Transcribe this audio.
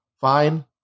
Fine